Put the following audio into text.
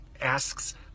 asks